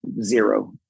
Zero